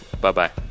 Bye-bye